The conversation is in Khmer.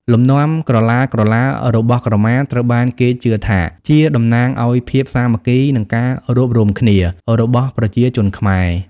លំនាំក្រឡាៗរបស់ក្រមាត្រូវបានគេជឿថាជាតំណាងឱ្យ ភាពសាមគ្គី និងការរួបរួមគ្នា របស់ប្រជាជនខ្មែរ។